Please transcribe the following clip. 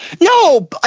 No